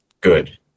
good